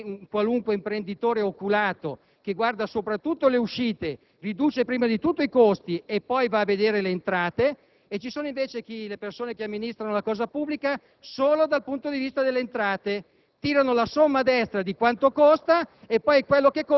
comportarsi come un buon padre di famiglia o come un qualunque imprenditore oculato che guarda soprattutto le uscite: riduce prima di tutto i costi e va poi a vedere le entrate. Ci sono, invece, persone che amministrano la cosa pubblica solo dal punto di vista delle entrate: